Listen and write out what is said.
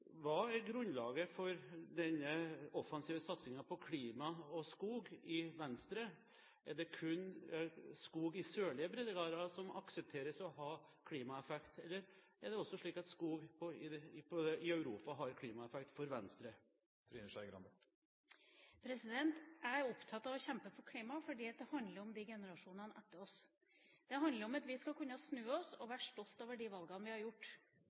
Hva er grunnlaget for denne offensive satsingen på klima og skog i Venstre? Er det kun skog på sørlige breddegrader som aksepteres å ha klimaeffekt, eller er det også slik at skog i Europa har klimaeffekt for Venstre? Jeg er opptatt av å kjempe for klimaet fordi det handler om generasjonene etter oss. Det handler om at vi skal kunne snu oss og være stolte over de valgene vi har gjort.